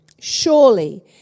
Surely